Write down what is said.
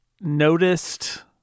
noticed